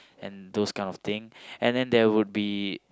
and those kind of thing and then there will be